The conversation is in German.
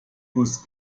guss